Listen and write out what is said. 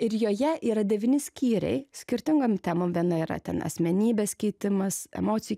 ir joje yra devyni skyriai skirtingom temom viena yra ten asmenybės keitimas emocijų